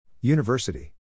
University